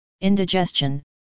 indigestion